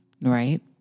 right